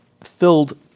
filled